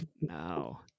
no